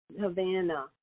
Havana